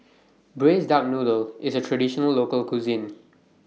Braised Duck Noodle IS A Traditional Local Cuisine